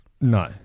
No